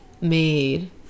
made